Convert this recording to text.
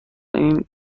این